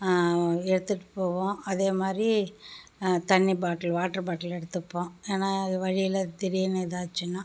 எடுத்துகிட்டு போவோம் அதே மாதிரி தண்ணி பாட்டில் வாட்டர் பாட்டில் எடுத்துப்போம் ஏன்னால் அது வழியில் திடீரெனு ஏதாச்சுன்னால்